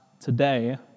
today